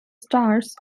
starz